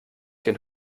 den